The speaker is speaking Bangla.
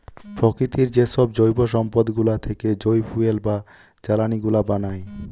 প্রকৃতির যেসব জৈব সম্পদ গুলা থেকে যই ফুয়েল বা জ্বালানি গুলা বানায়